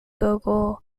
gogol